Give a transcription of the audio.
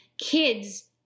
kids